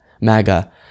MAGA